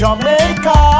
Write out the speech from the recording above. Jamaica